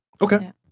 Okay